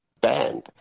band